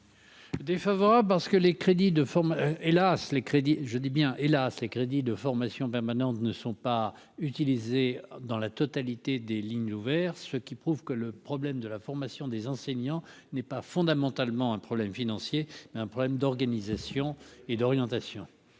je dis bien et là ces crédits de formation permanente ne sont pas utilisés dans la totalité des lignes ouvert, ce qui prouve que le problème de la formation des enseignants n'est pas fondamentalement un problème financier mais un problème d'organisation et d'orientation.